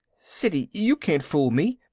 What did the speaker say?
siddy, you can't fool me,